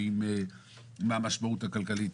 מה המשמעות הכלכלית,